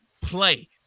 Play